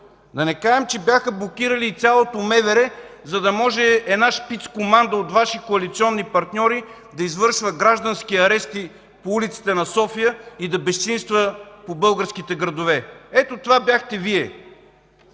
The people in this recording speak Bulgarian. Да не кажем, че бяха блокирали цялото МВР, за да може една шпицкоманда от Ваши коалиционни партньори да извършва граждански арести по улиците на София и да безчинства по българските градове. Ето това бяхте Вие.